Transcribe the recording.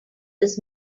this